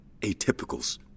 atypicals